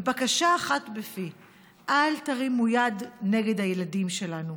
ובקשה אחת בפי: אל תרימו יד נגד הילדים שלנו.